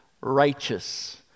righteous